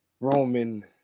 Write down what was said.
Roman